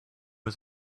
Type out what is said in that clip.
was